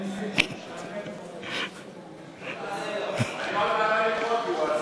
אני מציע לך להתאפק.